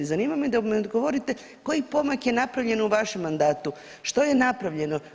Zanima me da mi odgovorite koji pomak je napravljen u vašem mandatu, što je napravljeno?